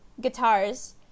guitars